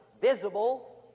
visible